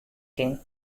kin